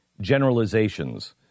generalizations